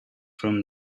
from